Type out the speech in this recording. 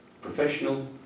Professional